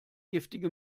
giftige